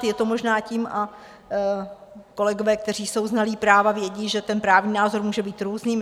Je to možná tím a kolegové, kteří jsou znalí práva, vědí že právní názor může být různý.